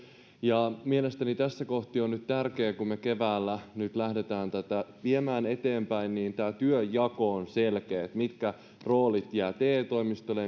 ja mielestäni tässä kohti on nyt tärkeää kun me keväällä nyt lähdemme tätä viemään eteenpäin että tämä työnjako on selkeä mitkä roolit jäävät te toimistolle